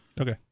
Okay